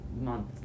month